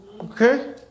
Okay